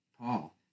Paul